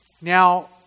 Now